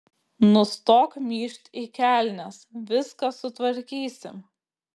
nustok myžt į kelnes viską sutvarkysim